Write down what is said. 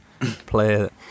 player